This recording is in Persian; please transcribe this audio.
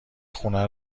خونه